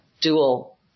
dual